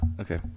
Okay